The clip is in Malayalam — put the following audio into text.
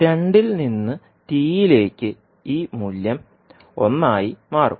രണ്ടിൽ നിന്ന് tയിലേക്ക് ഈ മൂല്യം ഒന്നായി മാറും